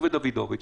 הוא ודוידוביץ,